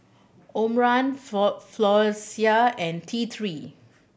Omron Floxia and T Three